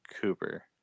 Cooper